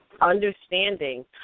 Understanding